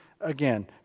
again